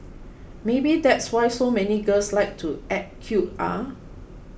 maybe that's why so many girls like to act cute ah